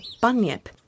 bunyip